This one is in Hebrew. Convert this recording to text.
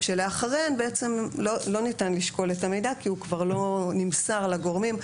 שלאחריהן לא ניתן לשקול את המידע כי הוא כבר לא נמסר לגורמים.